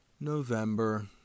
November